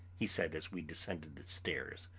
he said as we descended the stairs.